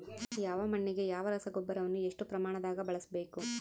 ಯಾವ ಮಣ್ಣಿಗೆ ಯಾವ ರಸಗೊಬ್ಬರವನ್ನು ಎಷ್ಟು ಪ್ರಮಾಣದಾಗ ಬಳಸ್ಬೇಕು?